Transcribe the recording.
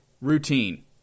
routine